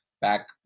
back